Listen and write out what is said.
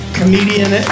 comedian